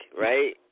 right